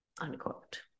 unquote